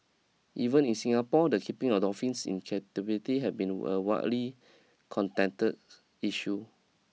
even in Singapore the keeping of dolphins in captivity have been a widely contented issue